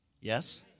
Yes